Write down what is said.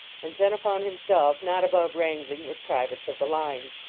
and xenophon himself not above wrangling with privates of the line.